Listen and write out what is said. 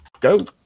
Go